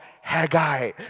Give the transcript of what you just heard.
Haggai